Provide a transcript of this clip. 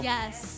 Yes